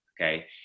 Okay